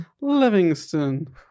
Livingston